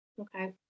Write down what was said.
Okay